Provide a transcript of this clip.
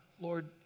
Lord